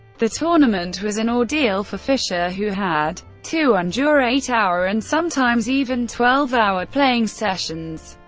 the tournament was an ordeal for fischer, who had to endure eight-hour and sometimes even twelve-hour playing sessions.